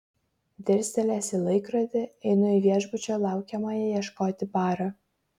dirstelėjęs į laikrodį einu į viešbučio laukiamąjį ieškoti baro